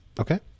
Okay